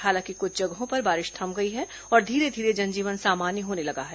हालांकि कुछ जगहों पर बारिश थम गई है और धीरे धीरे जनजीवन सामान्य होने लगा है